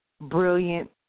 brilliant